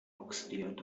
oxidiert